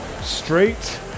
straight